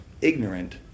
ignorant